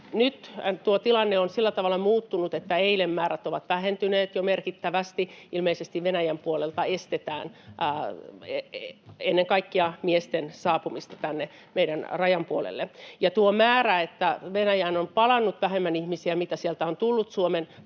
tuo tilanne on sillä tavalla muuttunut, että eilen määrät olivat vähentyneet jo merkittävästi — ilmeisesti Venäjän puolelta estetään ennen kaikkea miesten saapumista tänne meidän puolelle rajaa. Ja tuo määrä — se, että Venäjälle on palannut vähemmän ihmisiä kuin sieltä on tullut Suomen